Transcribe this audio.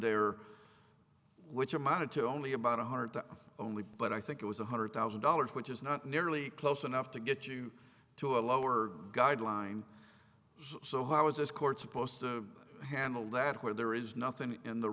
there which amounted to only about one hundred to only but i think it was one hundred thousand dollars which is not nearly close enough to get you to a lower guideline so how is this court supposed to handle that where there is nothing in the